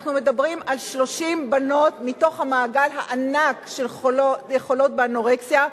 אנחנו מדברים על 30 בנות מתוך המעגל הענק של חולות באנורקסיה.